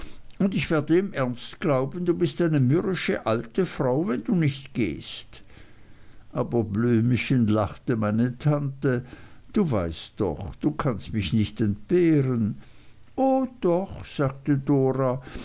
und ich werde im ernst glauben du bist eine mürrische alte frau wenn du nicht gehst aber blümchen lachte meine tante du weißt doch du kannst mich nicht entbehren o doch sagte dora